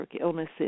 illnesses